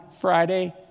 Friday